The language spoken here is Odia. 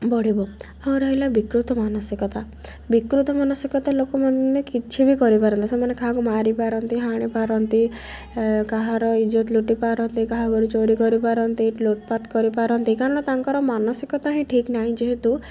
ବଢ଼ିବ ଆଉ ରହିଲା ବିକୃତ ମାନସିକତା ବିକୃତ ମାନସିକତା ଲୋକମାନେ କିଛି ବି କରିପାରନ୍ତେ ସେମାନେ କାହାକୁ ମାରି ପାରନ୍ତି ହାଣିପାରନ୍ତି କାହାର ଇଜ୍ଜତ ଲୁଟି ପାରନ୍ତି କାହା ଘରୁ ଚୋରି କରିପାରନ୍ତି ଲୁଟ୍ପାଟ୍ କରିପାରନ୍ତି କାରଣ ତାଙ୍କର ମାନସିକତା ହିଁ ଠିକ୍ ନାହିଁ ଯେହେତୁ